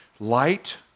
Light